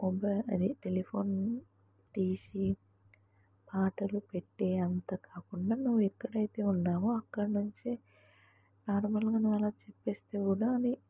mobile అది telephone తీసి పాటలు పెట్టి అంత కాకుండా నువ్వు ఎక్కడైతే ఉన్నావో అక్కడి నుంచి నార్మల్గా నువ్వు అలా చెప్పేస్తే కూడా అది